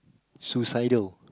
suicidal